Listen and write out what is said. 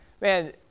man